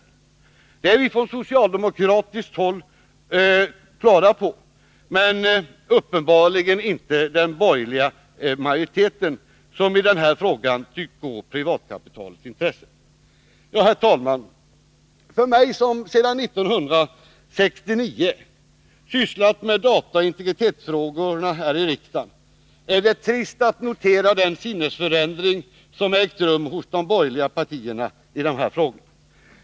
Det är vi från socialdemokratiskt håll på det klara med, men uppenbarligen inte den borgerliga majoriteten, som i den här frågan tycks gå privatkapitalets intressen till handa. Herr talman! För mig som sedan 1969 sysslat med dataoch integritetsfrågorna här i riksdagen är det trist att notera den sinnesförändring som ägt rum hos de borgerliga partierna i de här frågorna.